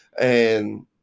And-